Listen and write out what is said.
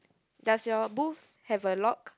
does your booth have a lock